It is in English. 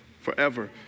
Forever